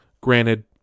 Granted